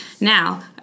Now